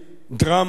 דרמה,